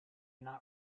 not